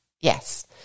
Yes